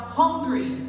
hungry